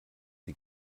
die